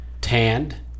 tanned